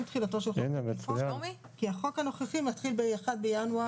תחילתו של --- כי החוק הנוכחי מתחיל ב-1 בינואר.